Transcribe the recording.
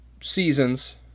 seasons